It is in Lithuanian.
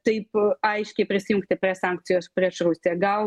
taip aiškiai prisijungti prie sankcijos prieš rusiją gal